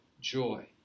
joy